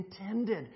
intended